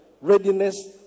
readiness